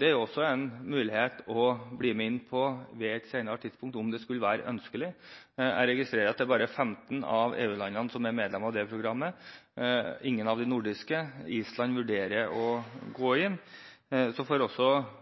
Det er også en mulighet å bli med inn på det på et senere tidspunkt, om det skulle være ønskelig. Jeg registrerer at det bare er 15 av EU-landene som er medlem av det programmet – ingen av de nordiske. Island vurderer å gå inn. Vi får